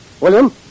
William